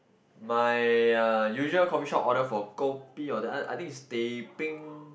my uh usual coffee shop order for kopi all that I I think is teh-peng